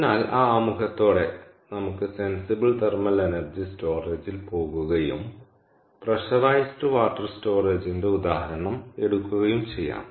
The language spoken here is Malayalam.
അതിനാൽ ആ ആമുഖത്തോടെ നമുക്ക് സെന്സിബിൾ തെർമൽ എനർജി സ്റ്റോറേജിൽ പോകുകയും പ്രെഷറൈസ്ഡ് വാട്ടർ സ്റ്റോറേജ്ന്റെ ഉദാഹരണം എടുക്കുകയും ചെയ്യാം